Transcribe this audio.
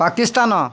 Pakistan